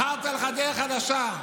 בחרת לך דרך חדשה,